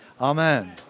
Amen